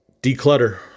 declutter